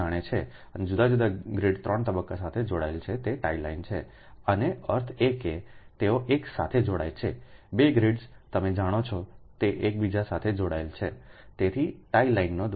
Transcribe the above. અને જુદા જુદા ગ્રીડ 3 તબક્કા સાથે જોડાયેલા છે જે ટાઇ લાઇન છેએનો અર્થ એ કે તેઓ એક સાથે જોડાય છે 2 ગ્રિડ્સ તમે જાણો છો તે એકબીજા સાથે જોડાયેલા છે તેથી ટાઇ લાઇનો દ્વારા